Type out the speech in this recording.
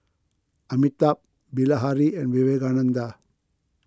Amitabh Bilahari and Vivekananda